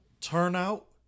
turnout